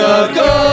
ago